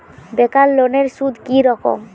বেকার লোনের সুদ কি রকম?